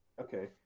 Okay